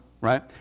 right